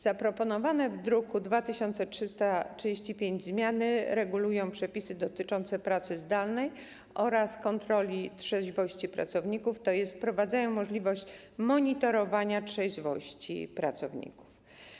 Zaproponowane w projekcie z druku nr 2335 zmiany regulują przepisy dotyczące pracy zdalnej oraz kontroli trzeźwości pracowników, tj. wprowadzają możliwość monitorowania trzeźwości pracowników.